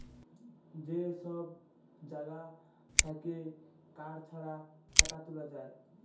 যে সব জাগা থাক্যে কার্ড ছাড়া টাকা তুলা যায়